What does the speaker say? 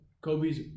Kobe's